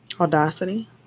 audacity